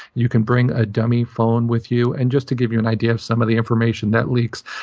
you can bring a dummy phone with you. and just to give you an idea of some of the information that leaks,